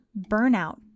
burnout